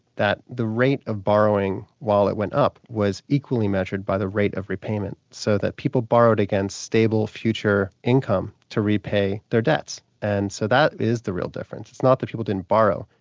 that the rate of borrowing, while it went up, was equally measured by the rate of repayment, so that people borrowed against stable future income to repay their debts, and so that is the real difference. it's not that people didn't borrow,